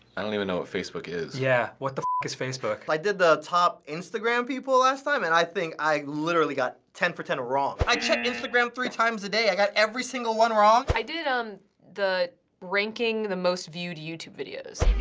i don't even know what facebook is. yeah, what the is facebook? i did the top instagram people last time and i think i literally got ten for ten wrong. i check instagram three times a day. i got every single one wrong? i did um the ranking the most viewed youtube videos.